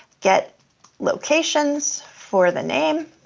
get locations for the name.